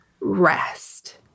rest